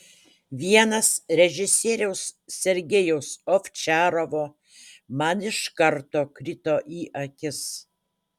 vienas režisieriaus sergejaus ovčarovo man iš karto krito į akis